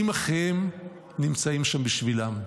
אם אחיהם נמצאים שם בשבילם,